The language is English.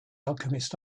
alchemist